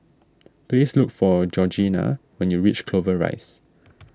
please look for Georgeanna when you reach Clover Rise